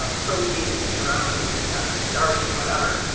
ah protein and your own starch or whatever.